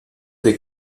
des